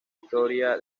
historia